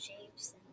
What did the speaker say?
shapes